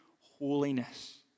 holiness